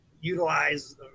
utilize